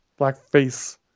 Blackface